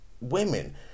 women